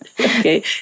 Okay